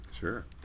sure